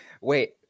wait